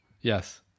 Yes